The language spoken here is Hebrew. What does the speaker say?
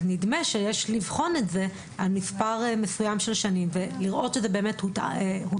אז נדמה שיש לבחון את זה על פני מספר מסוים של שנים ולראות שזה באמת הוטמע